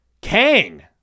Kang